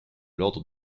l’ordre